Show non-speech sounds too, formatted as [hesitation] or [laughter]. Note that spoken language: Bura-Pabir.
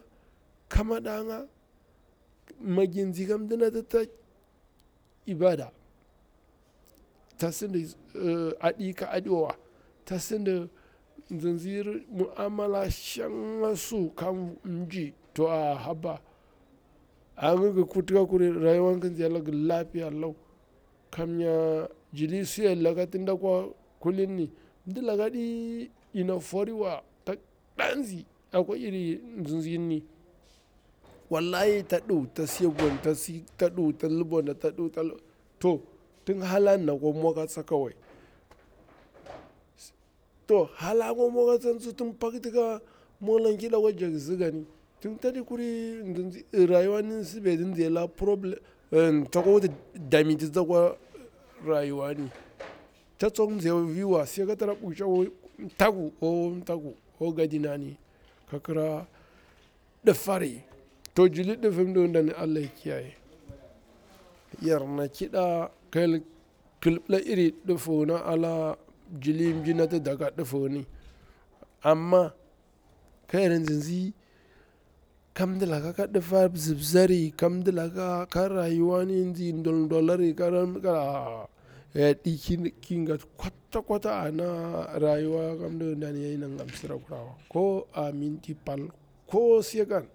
Ka maɗa nga, mi gin tsi ka mdinati tak ibada, tsa sidi aɗi ka adiwawa, tsa sidi nzi nzir mu'amala shanga su ka mji to a haba angi gir kurti ka kuri, rayuwang kin nzi laga lafiya lau, kamya jili suyal laka ti ɗakwa kulinni mdilaka ɗi ina foriwa tak ɗazi akwa irin nzi nzi ni, wallahi ta ɗu ta sai bwani tasi ta du ta lubwanda ta du ta lubwanda, to tin halani na kwa mwa katsa kawai, to hala kwa mwa katsa tsuwa tin pakti mwalanƙida kwa jak zigani, tin tsadi kuri nzi nzi rayuwani su ɓeti tsi la problem, tsakwa wuti damititsi kwa rayuwani, ta tsok zai fiiwa sai katara bukci om mtaku om mtaku o gadinani ka kira ɗifari, to jili difir mdi yindani to Allah ya kiyaye yarna ƙida ka hyel ƙilbila iri diffu yini ala jili mjinati daka diffu yini, amma ka yar tsitsi ka mdilaka ka diffa bzibzari kam mdilaka ka rayuwani nzi ndon dolari kara [hesitation] yadi hirki kin gati kwatta kwata ana rayuwa kam mdiyindan yadena ngam msirakurawa ko aminti pal ko sekon.